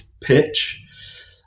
pitch